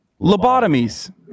Lobotomies